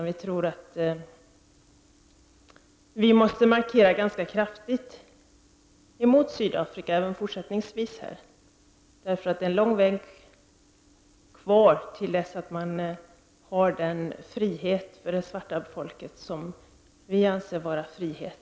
Vi tycker att vi ganska kraftigt måste markera gentemot Sydafrika även fortsättningsvis — det är lång väg kvar tills den svarta befolkningen har en frihet värd namnet.